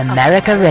America